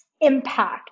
impact